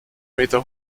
meter